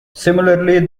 similarly